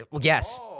Yes